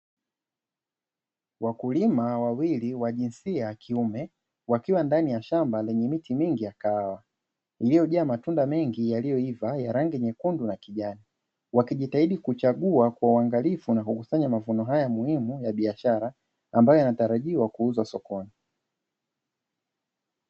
Wakulima wawili wa jinsia ya kiume, wakiwa ndani ya shamba lenye miti mingi ya kahawa. Iliyojaa matunda mengi yaliyoiva yenye rangi nyekundu na kijani, wakijitahidi kuchagua kwa uangalifu na kukusanya mavuno haya muhimu ya biashara, ambayo yanatarajiwa kuuzwa sokoni.